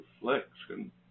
reflection